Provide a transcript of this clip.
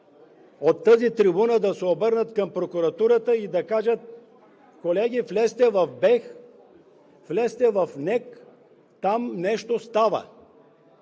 от тази трибуна да се обърнат към прокуратурата и да кажат: колеги, влезте в БЕХ, влезте в НЕК, там нещо става,